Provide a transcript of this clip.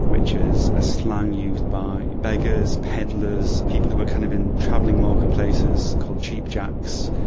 which is a slang used by beggars, peddlers, people who were kind of in travelling marketplaces called cheapjacks,